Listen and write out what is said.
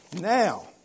Now